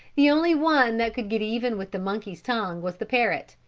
the only one that could get even with the monkey's tongue was the parrot,